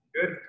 Good